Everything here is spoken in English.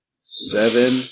Seven